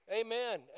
Amen